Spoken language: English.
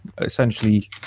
Essentially